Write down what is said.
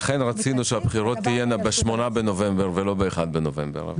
לכן רצינו שהבחירות תהיינה ב-8 בנובמבר ולא ב-1 בנובמבר.